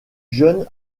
jeune